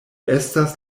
estas